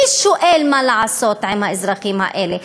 מי שואל מה לעשות עם האזרחים האלה,